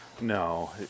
No